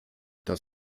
das